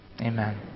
Amen